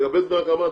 לגבי דמי הקמה,